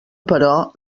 però